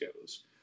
goes